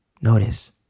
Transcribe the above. Notice